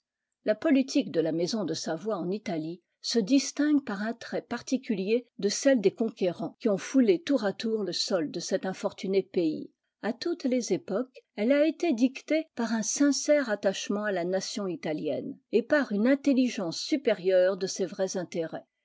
la politique de la maison de savoie en italie se distingue par un trait particulier de celle des conquérants qui ont foulé tour à tour le sol de cet infortuné pays à toutes les époques elle a été dictée par un sincère attachement à la nation italienne et par une intelligence supérieure de ses vrais intérêts